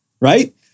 Right